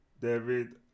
David